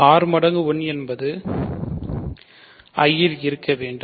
r மடங்கு 1 என்பது I இல் இருக்க வேண்டும்